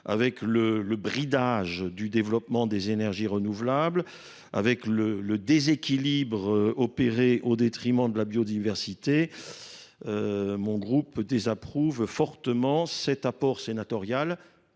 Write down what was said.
le bridage du développement des énergies renouvelables ou encore le déséquilibre opéré au détriment de la biodiversité. Le groupe écologiste désapprouve fortement cet « apport » sénatorial,